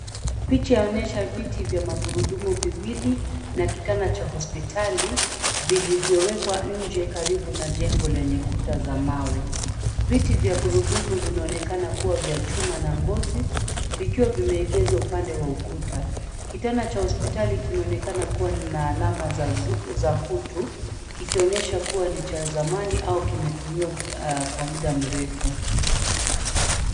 Picha yaonyesha viti vya magurudumu viwili na kitanda cha hospitali vilivyowekwa nje karibu na jengo lenye kuta za mawe. Viti vya gurudumu vinaonekana kuwa vya chuma na ngozi vikiwa vimeegezwa upande wa ukuta. Kitanda cha hospitali kimeonekana kuwa na alama za kutu; kikionyesha kuwa ni cha zamani au kimetumiwa kwa muda mrefu.